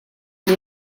les